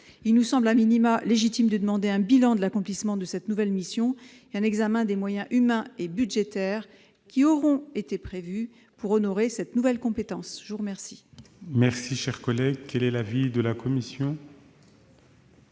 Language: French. Il nous semble légitime de demander un bilan de l'accomplissement de cette nouvelle mission et un examen des moyens humains et budgétaires qui auront été prévus pour honorer cette nouvelle compétence. Quel